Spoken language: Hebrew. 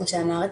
כמו שאמרת,